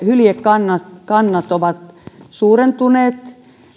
hyljekannat ovat suurentuneet